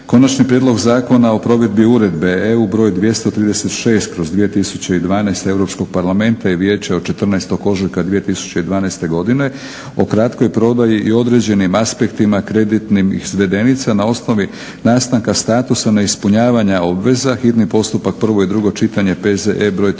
Konačni prijedlog zakona o provedbi Uredbe EU br. 236/2012. Europskog parlamenta i Vijeća od 14. ožujka 2012. godine o kratkoj prodaji i određenim aspektima kreditnih izvedenica na osnovi nastanaka statusa neispunjavanja obveza, hitni postupak, prvo i drugo čitanje, P. Z. E.